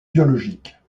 biologiques